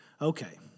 okay